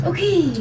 Okay